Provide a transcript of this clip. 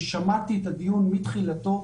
אני שמעתי את הדיון מתחילתו.